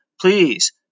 please